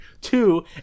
Two